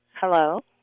Hello